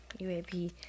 UAP